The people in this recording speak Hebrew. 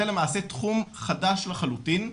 זה למעשה תחום חדש לחלוטין,